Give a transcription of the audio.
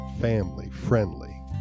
family-friendly